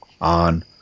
on